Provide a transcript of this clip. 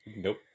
Nope